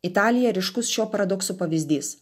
italija ryškus šio paradokso pavyzdys